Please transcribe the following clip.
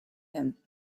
him